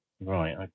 Right